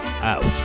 out